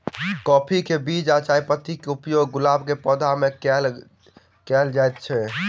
काफी केँ बीज आ चायपत्ती केँ उपयोग गुलाब केँ पौधा मे केल केल जाइत अछि?